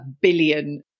billion